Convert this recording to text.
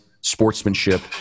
sportsmanship